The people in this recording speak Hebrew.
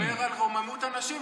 אתה מדבר על רוממות הנשים,